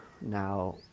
now